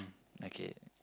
okay